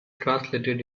translated